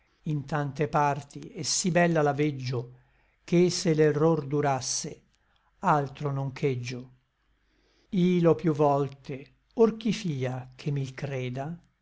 in tante parti et sí bella la veggio che se l'error durasse altro non cheggio i l'ò piú volte or chi fia che mi l creda